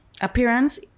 Appearance